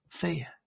fear